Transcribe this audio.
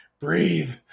breathe